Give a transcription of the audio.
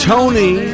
Tony